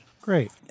great